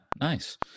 nice